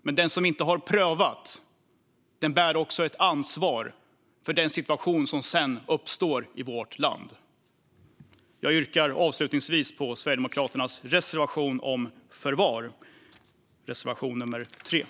Men den som inte har prövat bär också ett ansvar för den situation som sedan uppstår i vårt land. Jag yrkar avslutningsvis bifall till Sverigedemokraternas reservation 3 om förvar.